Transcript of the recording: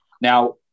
Now